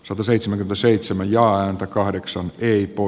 sataseitsemän seitsemän ja iltakahdeksaan riippuu